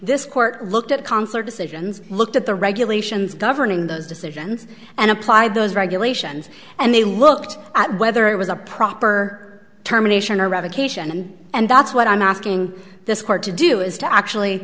this court looked at concert decisions looked at the regulations governing those decisions and apply those regulations and they looked at whether it was a proper terminations or revocation and that's what i'm asking this court to do is to actually